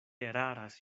eraras